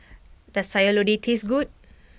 does Sayur Lodeh taste good